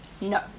no